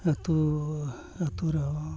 ᱟᱛᱳ ᱟᱛᱳ ᱨᱮᱦᱚᱸ